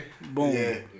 Boom